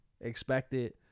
expected